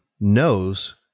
knows